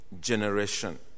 generation